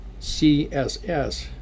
CSS